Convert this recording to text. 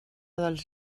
dels